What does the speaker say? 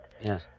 Yes